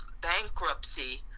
bankruptcy